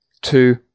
two